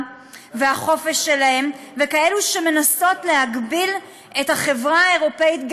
והחופש שלהם וכאלה שמנסות להגביל את החברה האירופית,